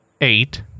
eight